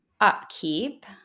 upkeep